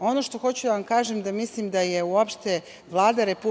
Ono što hoću da vam kažem, mislim da je uopšte Vlada Republike